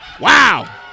Wow